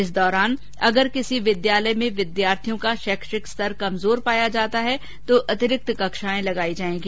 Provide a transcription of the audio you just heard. इस दौरान अगर किसी विद्यालय में विद्यार्थियों काशैक्षिक स्तर कमजोर पाया जाता है तो अतिरिक्त कक्षाएं लगाई जाएगी